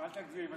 אל תגזים.